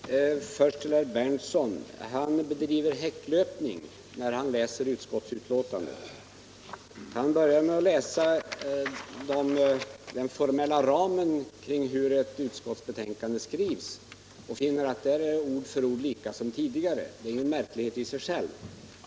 Herr talman! Först till herr Berndtson: Han bedriver häcklöpning när han läser utskottsbetänkandet. Han börjar med den formella ramen kring hur ett utskottsbetänkande skrivs och finner att det ord för ord är detsamma som tidigare. Men det är väl inte så märkvärdigt.